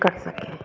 कर सके